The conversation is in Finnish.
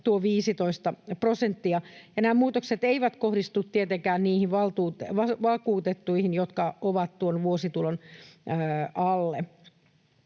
tuo 15 prosenttia. Nämä muutokset eivät kohdistu tietenkään niihin vakuutettuihin, jotka ovat tuon vuositulon alle.